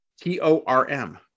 T-O-R-M